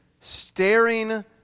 staring